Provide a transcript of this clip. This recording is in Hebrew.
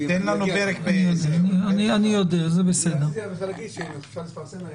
נפרדת ואני לא חושבת שהדבר הזה נעשה.